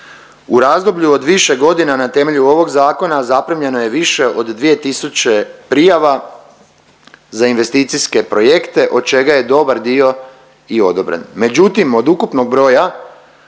U razdoblju od više godina na temelju ovog zakona zaprimljeno je više od 2000 prijava za investicijske projekte od čega je dobar dio i odobren.